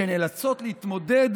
שנאלצות להתמודד